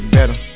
better